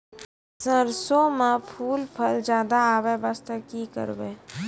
सरसों म फूल फल ज्यादा आबै बास्ते कि करबै?